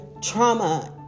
trauma